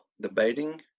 debating